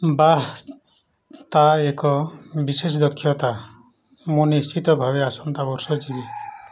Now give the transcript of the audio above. ବାଃ ତା ଏକ ବିଶେଷ ଦକ୍ଷତା ମୁଁ ନିଶ୍ଚିତ ଭାବେ ଆସନ୍ତା ବର୍ଷ ଯିବି